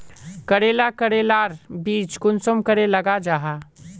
करेला करेलार बीज कुंसम करे लगा जाहा?